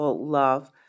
love